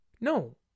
No